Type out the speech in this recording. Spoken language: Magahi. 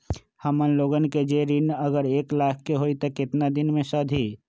हमन लोगन के जे ऋन अगर एक लाख के होई त केतना दिन मे सधी?